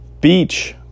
Beach